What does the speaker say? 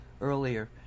earlier